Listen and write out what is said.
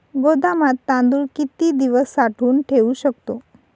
गोदामात तांदूळ किती दिवस साठवून ठेवू शकतो?